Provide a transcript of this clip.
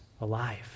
alive